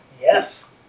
Yes